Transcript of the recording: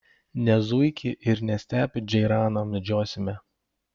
ne zuikį ir ne stepių džeiraną medžiosime